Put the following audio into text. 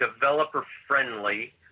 developer-friendly